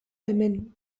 hemen